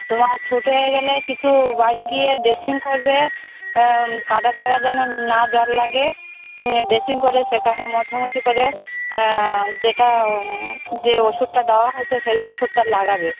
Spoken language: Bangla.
তোমার ছুট হয়ে গেলে কিছু বাড়ি গিয়ে ড্রেসিং করবে কাটা জায়গার যেন না জল লাগে ড্রেসিং করে সেখানে মোছামুছি করে যেটা যে ওষুধটা দেওয়া হয়েছে সেই ওষুধটা লাগাবে